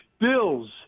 bills